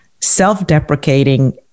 self-deprecating